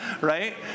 right